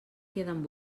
queden